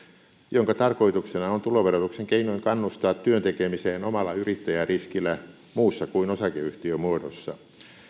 jonka tarkoituksena on tuloverotuksen keinoin kannustaa työn tekemiseen omalla yrittäjäriskillä muussa kuin osakeyhtiömuodossa